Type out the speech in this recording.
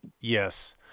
Yes